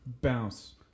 Bounce